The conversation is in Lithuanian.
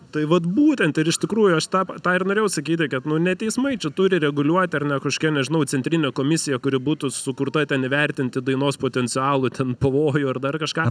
tai vat būtent ir iš tikrųjų aš tą tą ir norėjau sakyti kad nu ne teismai čia turi reguliuoti ar ne kažkokia nežinau centrinė komisija kuri būtų sukurta ten įvertinti dainos potencialų ten pavojų ar dar kažką